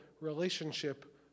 relationship